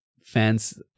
fans